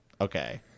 okay